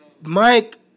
Mike